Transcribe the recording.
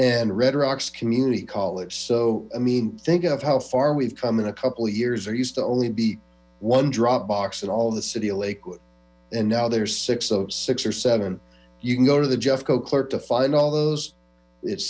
rocks community college so i mean think of how far we've come in a couple of years there used to only be one drop box and all of the city of lakewood and now there's six six or seven you can go to the jeff go clark to find all those it's